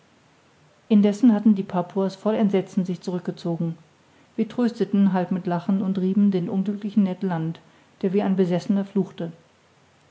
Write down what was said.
indessen hatten die papuas voll entsetzen sich zurück gezogen wir trösteten halb mit lachen und rieben den unglücklichen ned land der wie ein besessener fluchte